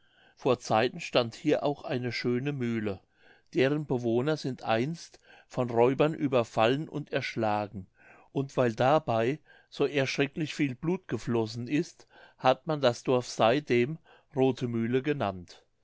vor zeiten stand hier auch eine schöne mühle deren bewohner sind einst von räubern überfallen und erschlagen und weil dabei so erschrecklich viel blut geflossen ist hat man das dorf seitdem rothemühle genannt